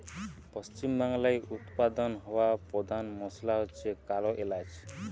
পশ্চিমবাংলায় উৎপাদন হওয়া পোধান মশলা হচ্ছে কালো এলাচ